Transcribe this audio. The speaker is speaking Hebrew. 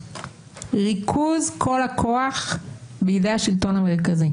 ריכוז כל הכוח בידי השלטון המקומי.